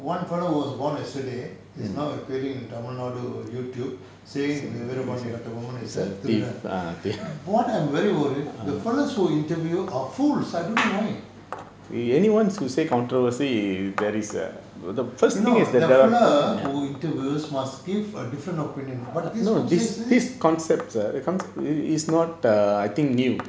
one fellow was born yesterday is now appearing in tamilnadu YouTube saying veerapaandi kattabomman is a திருடன்:thirudan what I am very worried the fellows who interview are fools I don't know why you know the fellow who interviewed must give a different opinion but this [one] says